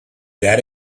that